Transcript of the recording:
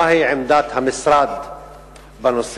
1. מה היא עמדת המשרד בנושא?